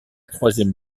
troisième